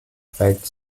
prägt